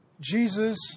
Jesus